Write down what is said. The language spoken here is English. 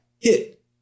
hit